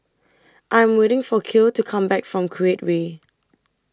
I'm waiting For Kiel to Come Back from Create Way